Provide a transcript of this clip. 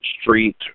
street